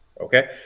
Okay